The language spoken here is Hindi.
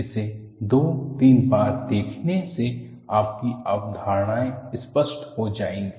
इसे 2 3 बार देखने से आपकी अवधारणाएँ स्पष्ट हो जाएंगी